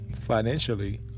financially